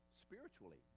spiritually